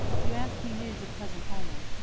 you ask me news of cousin holman.